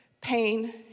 pain